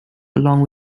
along